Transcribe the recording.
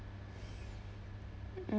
mm